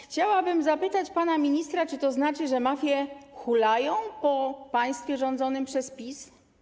Chciałabym zapytać pana ministra, czy to znaczy, że mafie hulają po państwie rządzonym przez PiS.